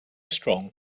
strong